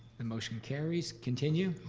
then motion carries. continue.